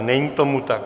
Není tomu tak.